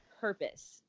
purpose